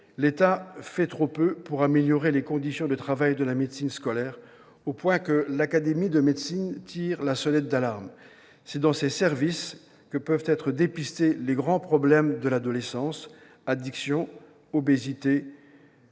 l'État fait trop peu pour améliorer les conditions de travail de la médecine scolaire, au point que l'Académie de médecine tire la sonnette d'alarme. C'est dans ces services que peuvent être dépistés les grands problèmes de l'adolescence : addictions, obésité,